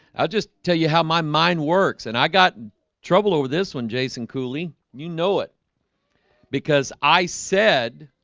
i'll just tell you how my mind works and i got trouble over this one jason cooley. you know it because i said